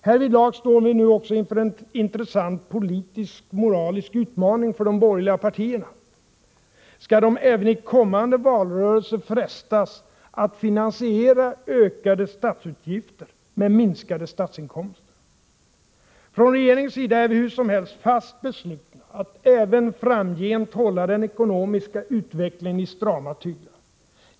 Härvidlag står vi nu också inför en intressant politisk-moralisk utmaning för de borgerliga partierna: Skall de även i kommande valrörelse frestas att finansiera ökade statsutgifter med minskade statsinkomster? Från regeringens sida är vi hur som helst fast beslutna att även framgent hålla den ekonomiska utvecklingen i strama tyglar.